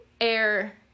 air